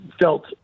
felt